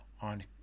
on